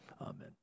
Amen